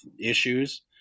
issues